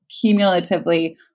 cumulatively